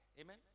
amen